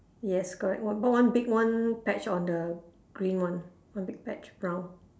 yes correct one but one big one patch on the green one one big patch brown